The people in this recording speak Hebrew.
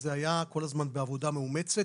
זה היה כל הזמן בעבודה מאומצת,